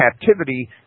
captivity